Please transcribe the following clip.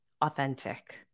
authentic